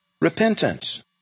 repentance